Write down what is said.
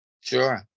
Sure